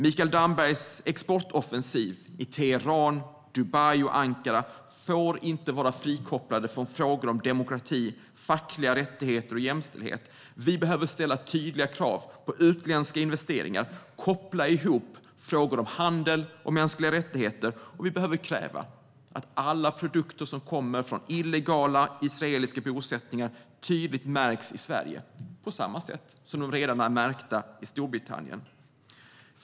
Mikael Dambergs exportoffensiv i Teheran, Dubai och Ankara får inte vara frikopplad från frågor om demokrati, fackliga rättigheter och jämställdhet. Vi behöver ställa tydliga krav på utländska investeringar och koppla ihop frågor om handel och mänskliga rättigheter. Och vi behöver kräva att alla produkter som kommer från illegala israeliska bosättningar tydligt märks i Sverige, på samma sätt som de redan är märkta i Storbritannien.